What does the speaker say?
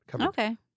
Okay